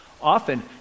Often